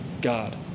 God